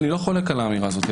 אני לא חולק על האמירה הזו.